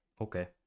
okay